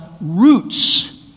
roots